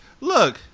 look